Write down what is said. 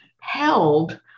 held